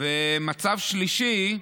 מצב שלישי,